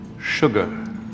sugar